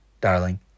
darling